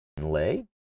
Lay